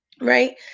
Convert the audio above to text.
right